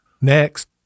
Next